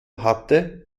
hatte